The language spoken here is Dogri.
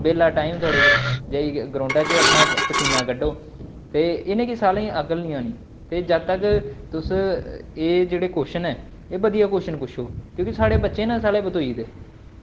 बेह्ला टाईम थुआढ़े कोल जाइयै ग्राउंडा च अपना पसीना कड्ढो ते इ'नेंगी सालें गी अकल निं आनी ते जद् तक तुस एह् जेह्ड़े क्वेच्शन न एह् बधिया क्वेच्शन पुच्छो क्योंकि साढ़े बच्चे न साले बतोई गेदे